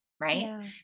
right